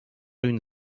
une